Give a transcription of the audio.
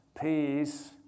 peace